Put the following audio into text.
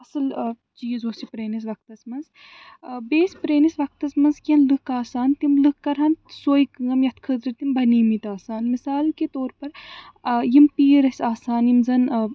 اصٕل چیٖز اوس یہِ پرٛٲنِس وقتس منٛز بیٚیہِ ٲسۍ پرٛٲنِس وقتس منٛز کیٚنٛہہ لُکھ آسان تِم لُکھ کرٕہن سوے کٲم یَتھ خٲطرٕ تِم بنیمٕتۍ آسہٕ ہن مِثال کے طور پر یِم پیٖر ٲسۍ آسان یِم زن